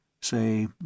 Say